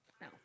No